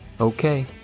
Okay